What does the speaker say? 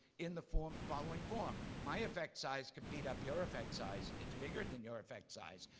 in the form following form. my effect size can beat up your effect size. it's bigger than your effect size.